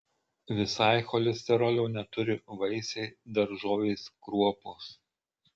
visai cholesterolio neturi vaisiai daržovės kruopos